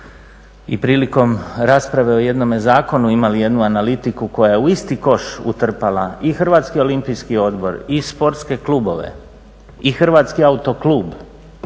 i prilikom rasprave o jednome zakonu imali jednu analitiku koja je u isti koš utrpala i Hrvatski olimpijski odbor i sportske klubove i Hrvatski autoklub,